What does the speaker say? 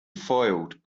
foiled